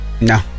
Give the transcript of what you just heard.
No